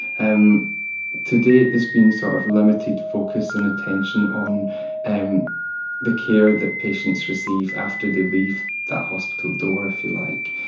and to date there has been sort of limited focus and attention on and the care that patients receive after they leave that hospital door, if you like.